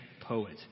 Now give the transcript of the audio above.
poet